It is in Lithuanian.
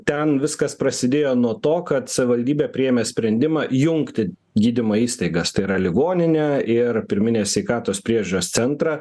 ten viskas prasidėjo nuo to kad savivaldybė priėmė sprendimą jungti gydymo įstaigas tai yra ligoninę ir pirminės sveikatos priežiūros centrą